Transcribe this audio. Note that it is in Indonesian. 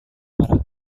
marah